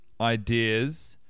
ideas